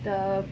the